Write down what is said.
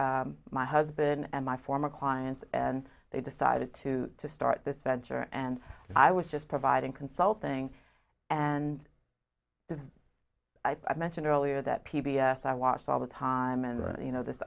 my husband and my former clients and they decided to to start this venture and i was just providing consulting and the i mentioned earlier that p b s i watched all the time and you know this